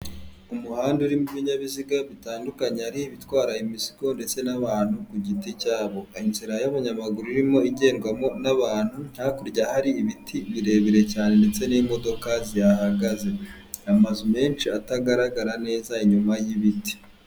Umuhanda urimo ibinyabiziga bitandukanye, hari ibitwara imizigo ndetse n'abantu ku giti cyabo, inzira y'abanyamaguru irimo igendwamo n'abantu hakurya hari ibiti birebire cyane ndetse n'imodoka zihahagaze, amazu menshi atagaragara neza inyuma y'ibiti.